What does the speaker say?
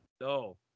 No